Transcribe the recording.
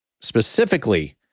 specifically